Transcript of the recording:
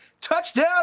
Touchdown